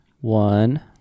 One